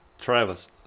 Travis